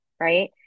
right